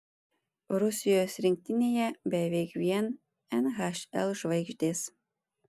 rusijos rinktinėje beveik vien nhl žvaigždės